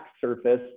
surface